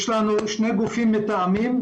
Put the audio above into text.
יש לנו שני גופים מתאמים,